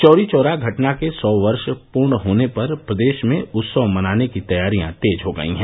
चौरीचौरा घटना के सौ वर्ष पूर्ण होने पर प्रदेश में उत्सव मनाने की तैयारियां तेज हो गयी हैं